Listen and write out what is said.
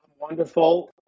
Wonderful